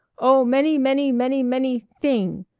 oh, many many many many thing.